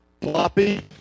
floppy